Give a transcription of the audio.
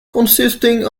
consisting